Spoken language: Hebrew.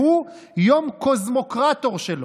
שהוא יום קוסמוקרטור שלו.